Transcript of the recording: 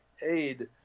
aid